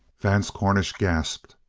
vance cornish gasped.